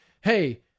hey